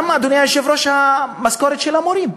גם, אדוני היושב-ראש, המשכורת של המורים,